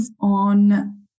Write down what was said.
on